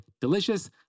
delicious